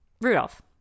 Rudolph